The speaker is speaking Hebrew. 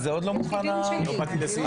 יש לי דיון שלי.